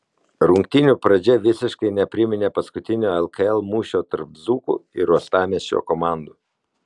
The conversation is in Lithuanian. rungtynių pradžia visiškai nepriminė paskutinio lkl mūšio tarp dzūkų ir uostamiesčio komandų